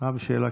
גם שאלה